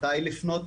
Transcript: מתי לפנות,